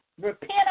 repent